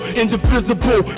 indivisible